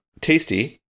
tasty